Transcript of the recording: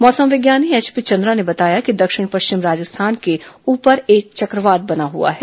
मौसम विज्ञानी एचपी चंद्रा ने बताया कि दक्षिण पश्चिम राजस्थान के ऊपर एक चक्रवात बना हुआ है